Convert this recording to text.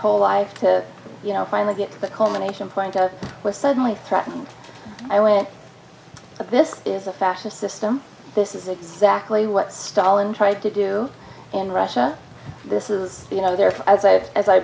whole life to you know finally get to the culmination point i was suddenly threatened i went this is a fascist system this is exactly what stalin tried to do in russia this is you know there as i